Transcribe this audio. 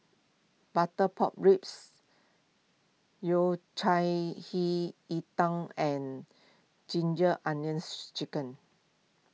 Butter Pork Ribs Yao Cai Hei Ji Tang and Ginger Onions Chicken